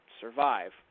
survive